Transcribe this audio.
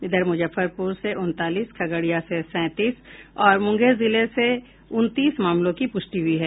इधर मुजफ्फरपुर से उनतालीस खगड़िया से सैंतीस और मुंगेर जिले से उनतीस मामलों की पुष्टि हुई है